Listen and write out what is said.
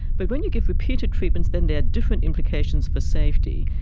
but when you give repeated treatments then there are different implications for safety.